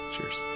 cheers